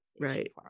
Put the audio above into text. Right